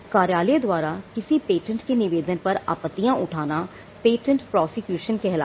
कार्यालय द्वारा किसी पेटेंट के निवेदन पर आपत्तियां उठाना patent prosecution कहलाता है